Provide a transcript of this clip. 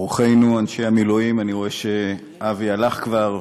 אורחינו אנשי המילואים, אני רואה שאבי הלך כבר,